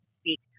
speak